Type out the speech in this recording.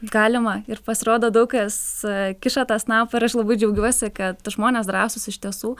galima ir pasirodo daug kas kiša tą snapą ir aš labai džiaugiuosi kad žmonės drąsūs iš tiesų